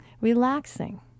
relaxing